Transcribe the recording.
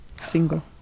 Single